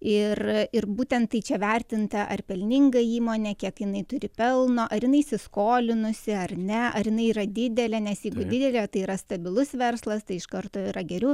ir ir būtent tai čia vertinta ar pelninga įmonė kiek jinai turi pelno ar jinai įsiskolinusi ar ne ar jinai yra didelė nes jeigu didelė tai yra stabilus verslas tai iš karto yra geriau